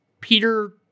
Peter